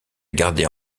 gardé